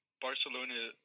Barcelona